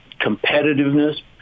competitiveness